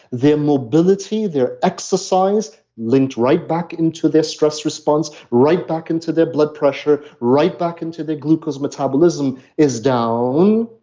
their mobility, their exercise linked right back into their stress response, right back into their blood pressure, right back into their glucose metabolism is down.